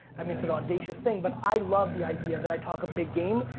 i mean it's an audacious thing, but i love the idea that i talk a big game.